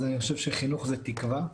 אז אני חושב שחינוך זה תקווה,